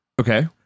Okay